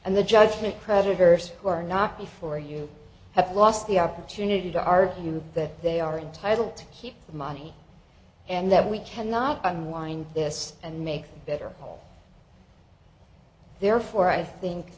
and the judgment creditors who are not before you have lost the opportunity to argue that they are entitled to keep the money and that we cannot unwind this and make better therefore i think